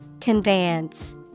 Conveyance